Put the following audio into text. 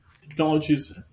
technologies